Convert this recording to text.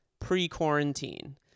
pre-quarantine